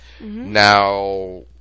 Now